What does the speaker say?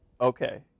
okay